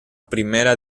primera